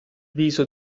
viso